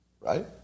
right